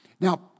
Now